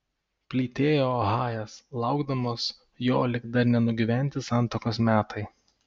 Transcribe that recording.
plytėjo ohajas laukdamas jo lyg dar nenugyventi santuokos metai